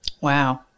Wow